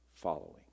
following